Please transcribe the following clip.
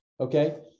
Okay